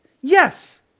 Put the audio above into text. Yes